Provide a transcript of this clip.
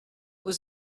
was